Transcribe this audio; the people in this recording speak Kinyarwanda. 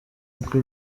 uko